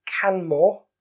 Canmore